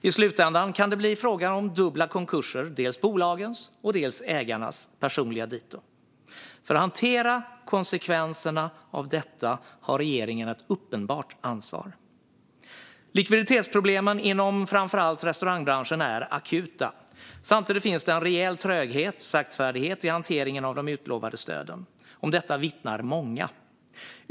I slutändan kan det bli fråga om dubbla konkurser, dels bolagens, dels ägarnas personliga dito. För att hantera konsekvenserna av detta har regeringen ett uppenbart ansvar. Likviditetsproblemen inom framför allt restaurangbranschen är akuta. Samtidigt finns det en rejäl tröghet och saktfärdighet i hanteringen av de utlovade stöden. Om detta vittnar många.